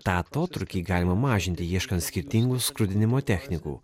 tą atotrūkį galima mažinti ieškant skirtingų skrudinimo technikų